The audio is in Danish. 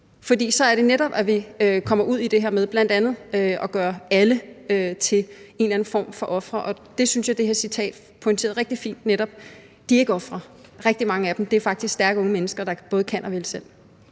for så er det netop, at vi kommer ud i det her med bl.a. at gøre alle til en eller anden form for ofre. Og det synes jeg det her citat pointerede rigtig fint: De er netop ikke ofre. Rigtig mange af dem er faktisk stærke unge mennesker, der både kan og vil selv.